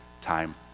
time